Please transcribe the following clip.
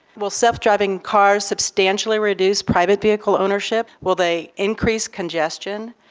will self-driving cars substantially reduce private vehicle ownership? will they increase congestion?